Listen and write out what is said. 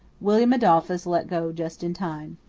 william adolphus let go just in time.